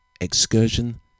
excursion